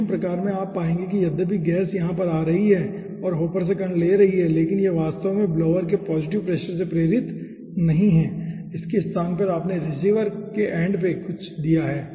vacuum प्रकार में आप पाएंगे कि यद्यपि गैस यहां पर आ रही है और हॉपर से कण ले रही है लेकिन यह वास्तव में ब्लोअर के पॉज़िटिव प्रेशर से प्रेरित नहीं है इसके स्थान पर आपने रिसीवर के अंत में कुछ दिया है